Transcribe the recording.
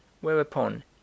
whereupon